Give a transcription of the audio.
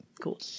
Cool